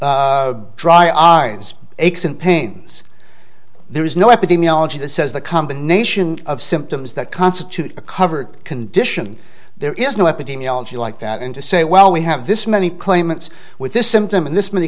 dry eyes aches and pains there is no epidemiology the says the combination of symptoms that constitute a covered condition there is no epidemiology like that and to say well we have this many claimants with this symptom and this many